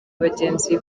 bagenzi